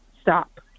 stop